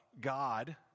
God